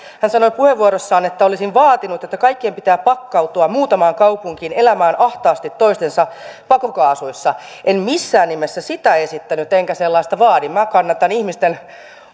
hän sanoi puheenvuorossaan että olisin vaatinut että kaikkien pitää pakkautua muutamaan kaupunkiin elämään ahtaasti toistensa pakokaasuissa en missään nimessä sitä esittänyt enkä sellaista vaadi minä kannatan ihmisten